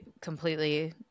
completely